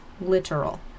literal